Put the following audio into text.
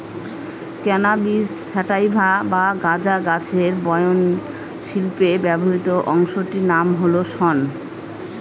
cannabis sativa বা গাঁজা গাছের বয়ন শিল্পে ব্যবহৃত অংশটির নাম হল শন